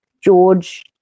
George